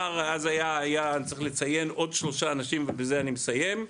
אני צריך לציין עוד שלושה אנשים ובזה אני מסיים.